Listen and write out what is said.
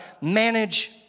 manage